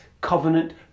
covenant